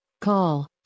Call